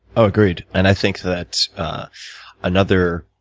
ah agreed. and i think that another